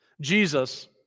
Jesus